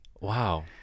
Wow